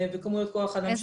וכמויות כוח האדם שהקופה נושאת.